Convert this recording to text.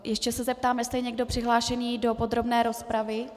Ještě se zeptám, jestli je někdo přihlášený do podrobné rozpravy.